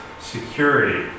security